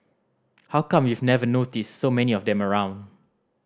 how come you've never noticed so many of them around